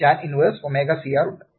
tan inverse ω C R ഉണ്ട്